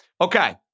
Okay